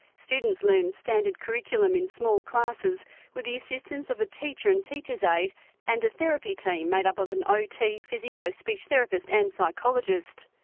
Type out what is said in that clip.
students learn standard curriculum in small classes with the assistance of a teacher and teacher's aid and a therapy team made up of an ot, physio, speech therapist and psychologist.